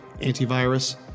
antivirus